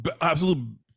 absolute